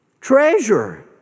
Treasure